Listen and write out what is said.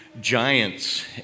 giants